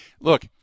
Look